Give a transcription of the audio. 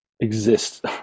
exist